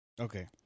Okay